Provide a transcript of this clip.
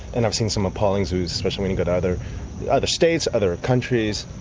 and i've seen some appalling zoos, especially when you go to other other states, other countries,